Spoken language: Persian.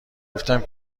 گفتم